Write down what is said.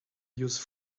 used